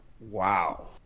Wow